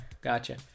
Gotcha